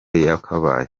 yakabaye